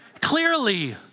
clearly